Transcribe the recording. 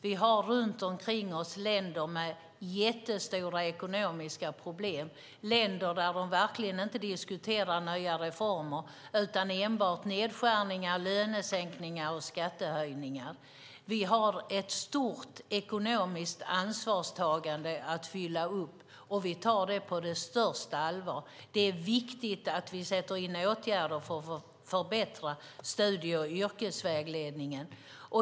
Vi har runt omkring oss länder med jättestora ekonomiska problem, länder där man verkligen inte diskuterar nya reformer utan enbart nedskärningar, lönesänkningar och skattehöjningar. Vi har ett stort ekonomiskt ansvarstagande att fylla upp, och vi tar det på största allvar. Det är viktigt att vi sätter in åtgärder för att förbättra studie och yrkesvägledningen.